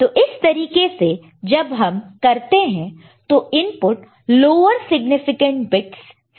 तो इस तरीके से जब हम करते हैं तो इनपुट लोअर सिग्निफिकेंट बिट्स सेआ रहा है